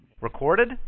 Recorded